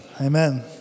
amen